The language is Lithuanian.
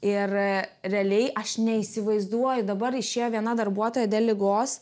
ir realiai aš neįsivaizduoju dabar išėjo viena darbuotoja dėl ligos